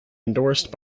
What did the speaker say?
endorsed